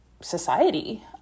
society